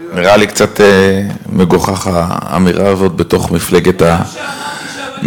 נראה לי קצת מגוחך, בתוך מפלגת השלטון.